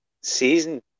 season